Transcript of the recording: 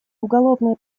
уголовное